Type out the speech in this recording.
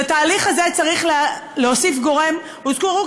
לתהליך הזה צריך להוסיף גורם,